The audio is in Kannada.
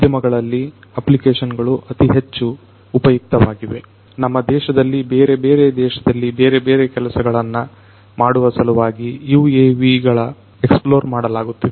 ಉದ್ಯಮಗಳಲ್ಲಿನ ಅಪ್ಲಿಕೇಶನ್ ಗಳು ಅತಿ ಹೆಚ್ಚು ಉಪಯುಕ್ತವಾಗಿವೆ ನಮ್ಮ ದೇಶದಲ್ಲಿ ಬೇರೆ ಬೇರೆ ದೇಶಗಳಲ್ಲಿ ಬೇರೆ ಬೇರೆ ಕೆಲಸಗಳನ್ನು ಮಾಡುವ ಸಲುವಾಗಿ UAV ಗಳ ಎಕ್ಸ್ಪ್ಲೋರ್ ಮಾಡಲಾಗುತ್ತಿದೆ